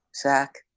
zach